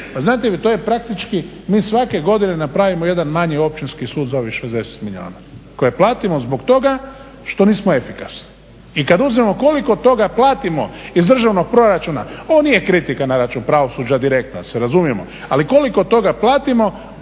znate vi, to je praktički mi svake godine napravimo jedan manji Općinski sud za ovih 60 milijuna koje platimo zbog toga što nismo efikasni. I kad uzmemo koliko od toga platimo iz državnog proračuna. Ovo nije kritika na račun pravosuđa direktna da se razumijemo, ali koliko toga platimo